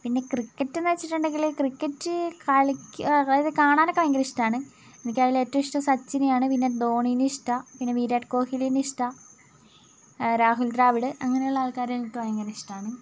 പിന്നെ ക്രിക്കറ്റ് എന്നുവെച്ചിട്ടുണ്ടങ്കില് ക്രിക്കറ്റ് കളിക്കാൻ അതായത് കാണാൻ ഒക്കെ ഭയങ്കര ഇഷ്ടമാണ് എനിക്ക് അതിൽ ഏറ്റവും ഇഷ്ടം സച്ചിനെയാണ് പിന്നെ ധോണിനെ ഇഷ്ടമാണ് പിന്നെ വിരാട് കോഹിലിനെ ഇഷ്ടമാണ് രാഹുൽ ദ്രാവിഡ് അങ്ങനെ ഉള്ള ആൾക്കാരെ എനിക്ക് ഭയങ്കര ഇഷ്ടാണ്